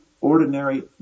ordinary